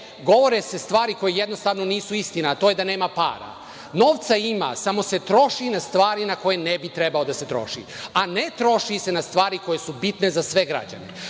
govore se stvari koje jednostavno nisu istina, a to je da nema para. Novca ima, samo se troši na stvari na koje ne bi trebalo da se troše, a ne troši se na stvari koje su bitne za sve građane,